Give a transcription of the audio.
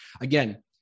again